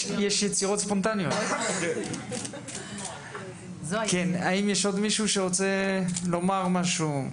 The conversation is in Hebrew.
כן, האם יש עוד מישהו שרוצה לומר משהו?